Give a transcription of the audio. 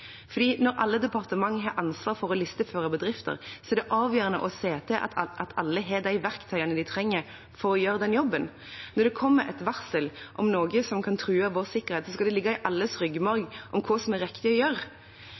Når alle departement har ansvar for å listeføre bedrifter, er det avgjørende å se til at alle har de verktøyene de trenger for å gjøre den jobben. Når det kommer et varsel om noe som kan true vår sikkerhet, skal det ligge i alles ryggmarg hva som er riktig å gjøre.